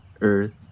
earth